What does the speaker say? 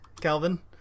Calvin